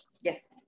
Yes